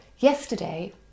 Yesterday